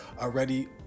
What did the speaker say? already